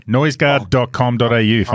Noiseguard.com.au